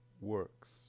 works